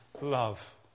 love